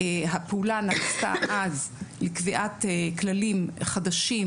הפעולה נעשתה אז לקביעת כללים חדשים